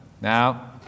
Now